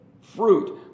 fruit